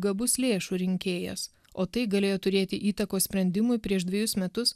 gabus lėšų rinkėjas o tai galėjo turėti įtakos sprendimui prieš dvejus metus